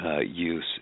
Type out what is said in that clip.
use